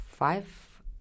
Five